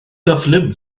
gyflym